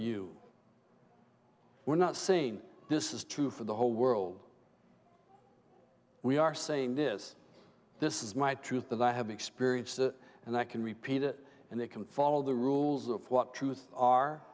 you were not saying this is true for the whole world we are saying this this is my truth that i have experienced it and i can repeat it and it can follow the rules of what truth are